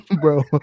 Bro